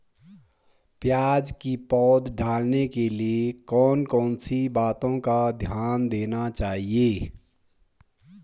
प्याज़ की पौध डालने के लिए कौन कौन सी बातों का ध्यान देना चाहिए?